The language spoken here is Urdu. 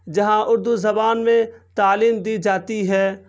جہاں اردو زبان میں تعلیم دی جاتی ہے